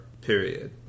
period